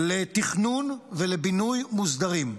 בתכנון ובינוי מוסדרים.